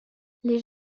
les